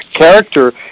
character